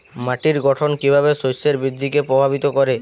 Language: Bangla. মাটির গঠন কীভাবে শস্যের বৃদ্ধিকে প্রভাবিত করে?